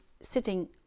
sitting